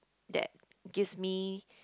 that gives me